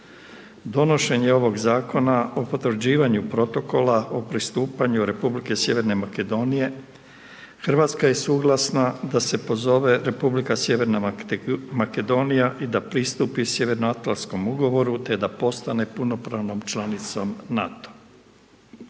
Donošenje ovog zakona, o potvrđivanju protokola, o pristupanju Republike Sjeverne Makedonija, Hrvatska je suglasna da se pozove Republika Sjeverna Makedonija i da pristupi Sjeveroatlantskom ugovoru te da postane punopravnom članicom NATO.